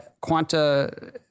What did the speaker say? Quanta